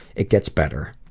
it gets better.